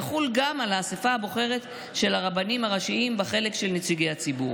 יחול גם על האספה הבוחרת של הרבנים הראשיים בחלק של נציגי הציבור.